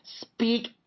speak